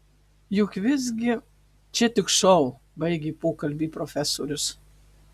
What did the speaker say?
juk visgi čia tik šou baigė pokalbį profesorius